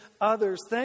others